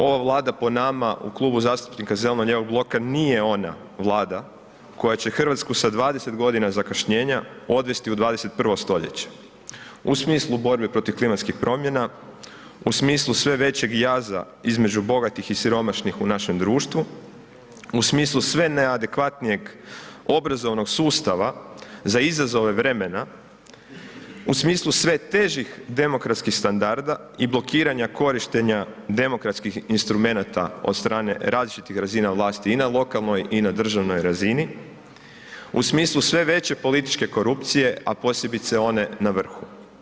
Ova Vlada po nama u Klubu zastupnika Zeleno-lijevog bloka nije ona Vlada koja će Hrvatsku sa 20 godina zakašnjenja odvesti u 21. stoljeće u smislu borbe protiv klimatskih promjena, u smislu sve većeg jaza između bogatih i siromašnih u našem društvu, u smislu sve najadekvatnijeg obrazovnog sustava za izazove vremena, u smislu sve težih demokratskih standarda i blokiranja korištenja demokratskih instrumenata od strane različitih razina vlasti i na lokalnoj i na državnoj razini, u smislu sve veće političke korupcije, a posebice one na vrhu.